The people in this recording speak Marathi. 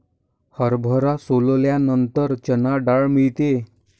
हरभरा सोलल्यानंतर चणा डाळ मिळते